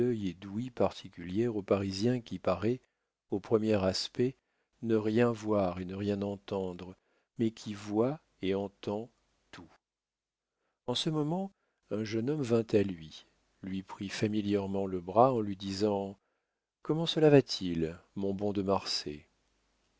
d'ouïe particulière au parisien qui paraît au premier aspect ne rien voir et ne rien entendre mais qui voit et entend tout en ce moment un jeune homme vint à lui lui prit familièrement le bras en lui disant comment cela va-t-il mon bon de marsay